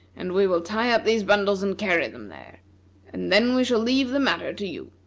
and we will tie up these bundles and carry them there and then we shall leave the matter to you.